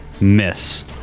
miss